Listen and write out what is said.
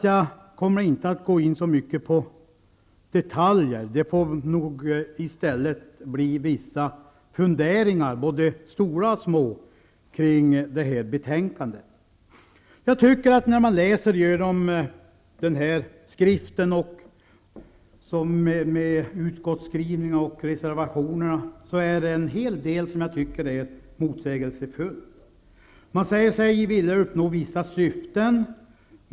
Jag kommer inte att gå in särskilt mycket på detaljer. Det blir nog i stället vissa funderingar, både stora och små sådana, kring det här betänkandet. När jag läser igenom denna skrift med dess utskottsskrivning och reservationer finner jag att en hel del av det som sägs är motsägelsefullt. Man säger sig vilja uppnå vissa syften.